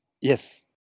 Yes